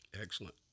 Excellent